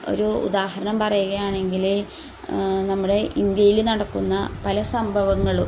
ഒരു ഉദാഹരണം പറയുകയാണെങ്കിൽ നമ്മുടെ ഇന്ത്യയിൽ നടക്കുന്ന പല സംഭവങ്ങളും